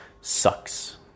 sucks